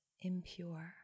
impure